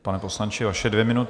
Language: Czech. Pane poslanče, vaše dvě minuty.